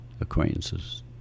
acquaintances